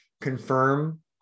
confirm